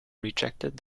rejected